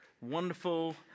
wonderful